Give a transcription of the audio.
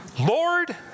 Lord